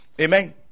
Amen